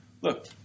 Look